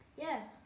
Yes